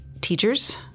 teachers